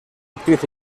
actriz